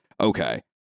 okay